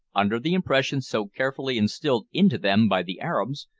under the impression so carefully instilled into them by the arabs,